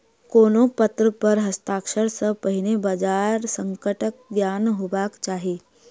कोनो पत्र पर हस्ताक्षर सॅ पहिने बजार संकटक ज्ञान हेबाक चाही